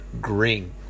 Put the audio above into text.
green